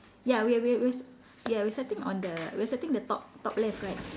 ya we're we're we're s~ ya we're setting on the we're setting on the top top left right